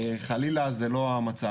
חלילה זה לא המצב.